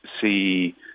see